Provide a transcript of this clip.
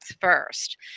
first